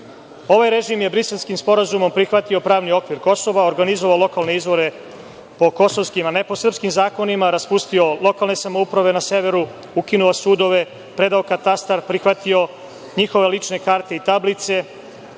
Ovaj režim je Briselskim sporazumom prihvatio pravi okvir Kosova, organizovao lokalne izbore po kosovskim, a ne po srpskim zakonima, raspustio lokalne samouprave na severu, ukinuo sudove, predao katastar, prihvatio njihove lične karte i tablice